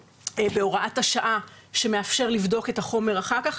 בהוראת השעה שמאפשר לבדוק את החומר אחר כך.